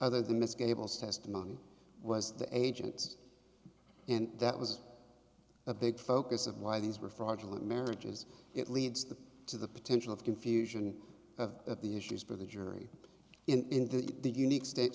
other than miss gables testimony was the agent's and that was a big focus of why these were fraudulent marriages it leads the to the potential of confusion of the issues for the jury in the unique state